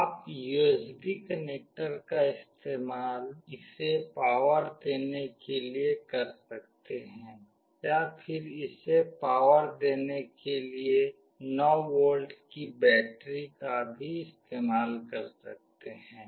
आप USB connector का इस्तेमाल इसे पावर देने के लिए कर सकते हैं या फिर इसे पावर देने के लिए 9 वोल्ट की बैटरी का भी इस्तेमाल कर सकते हैं